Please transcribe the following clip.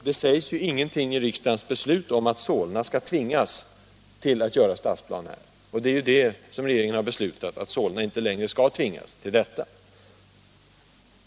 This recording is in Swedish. Det sägs ingenting i riksdagens beslut om att Solna skall tvingas att göra stadsplan — och regeringen har ju beslutat att Solna inte skall tvingas till detta.